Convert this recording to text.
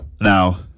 Now